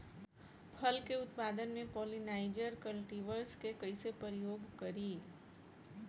फल के उत्पादन मे पॉलिनाइजर कल्टीवर्स के कइसे प्रयोग करी?